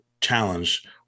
Challenge